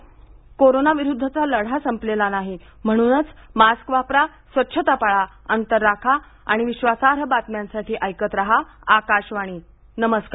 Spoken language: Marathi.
पण कोरोना विरुद्धचा लढा संपलेला नाही म्हणूनच मास्क वापरा स्वच्छता पाळा अंतर राखा आणि विश्वासार्ह बातम्यांसाठी ऐकत रहा आकाशवाणी नमस्कार